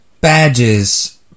badges